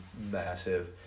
massive